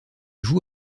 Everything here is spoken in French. joue